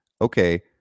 okay